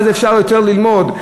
ואז אפשר יותר ללמוד.